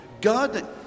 God